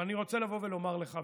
אבל אני רוצה לבוא ולומר לך,